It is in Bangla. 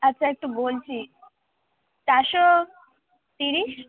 আচ্ছা একটু বলছি চারশো তিরিশ